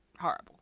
horrible